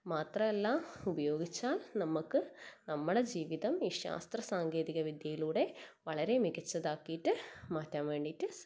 മാത്രമല്ല ഉപയോഗിച്ചാൽ നമുക്ക് നമ്മളെ ജീവിതം ഈ ശാസ്ത്ര സാങ്കേതിക വിദ്യയിലൂടെ വളരെ മികച്ചതാക്കിയിട്ട് മാറ്റാൻ വേണ്ടിയിട്ട് സാധിക്കും